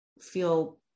feel